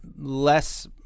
less